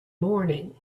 morning